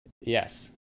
Yes